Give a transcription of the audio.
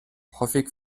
häufig